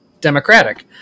democratic